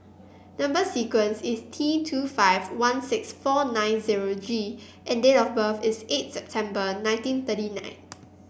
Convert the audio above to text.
number sequence is T two five one six four nine zero G and date of birth is eighth September nineteen thirty nine